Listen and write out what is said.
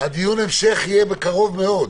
- הוא יהיה בקרוב מאוד.